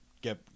get